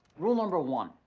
rule number one,